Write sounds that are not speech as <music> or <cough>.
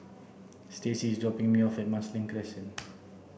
Stacie is dropping me off at Marsiling Crescent <noise>